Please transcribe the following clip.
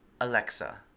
alexa